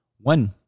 one